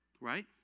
Right